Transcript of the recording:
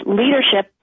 leadership